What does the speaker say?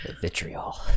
Vitriol